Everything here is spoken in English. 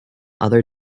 other